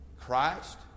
Christ